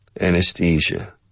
Anesthesia